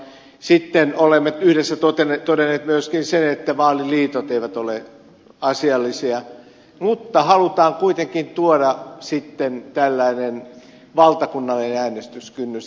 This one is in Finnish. sitten olemme yhdessä todenneet myöskin sen että vaaliliitot eivät ole asiallisia mutta halutaan kuitenkin tuoda sitten tällainen valtakunnallinen äänestyskynnys